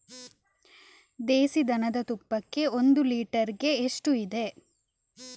ದೇಸಿ ದನದ ತುಪ್ಪಕ್ಕೆ ಒಂದು ಲೀಟರ್ಗೆ ಎಷ್ಟು?